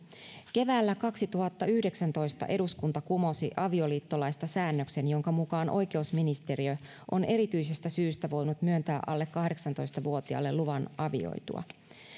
keväällä kaksituhattayhdeksäntoista eduskunta kumosi avioliittolaista säännöksen jonka mukaan oikeusministeriö on erityisestä syystä voinut myöntää alle kahdeksantoista vuotiaalle luvan avioitua